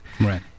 Right